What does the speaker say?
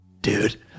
Dude